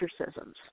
exorcisms